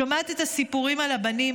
שומעת את הסיפורים על הבנים,